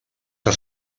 que